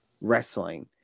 wrestling